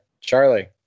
charlie